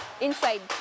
inside